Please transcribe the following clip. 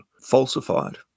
falsified